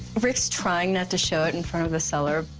rick's trying not to show it in front of the seller,